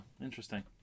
Interesting